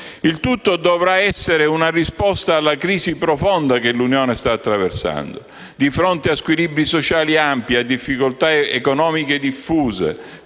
Il tutto dovrà essere una risposta alla crisi profonda che l'Unione sta attraversando. Di fronte a squilibri sociali ampi e a difficoltà economiche diffuse,